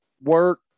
work